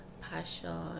passion